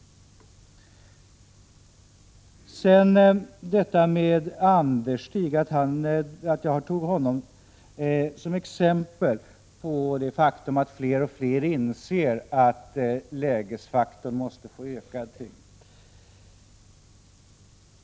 Tore Claeson kommenterade att jag tog Anderstig som exempel på det faktum att fler och fler inser att lägesfaktorn måste få ökad tyngd.